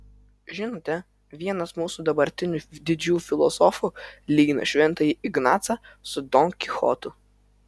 žinote vienas mūsų dabartinių didžių filosofų lygina šventąjį ignacą su don kichotu